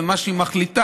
ומה שהיא מחליטה,